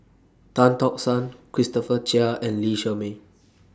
Tan Tock San Christopher Chia and Lee Shermay